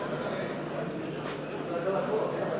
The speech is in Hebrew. מתאים לך פה.